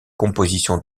composition